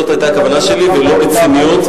זאת היתה הכוונה שלי ולא בציניות.